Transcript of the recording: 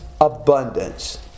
abundance